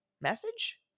message